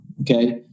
okay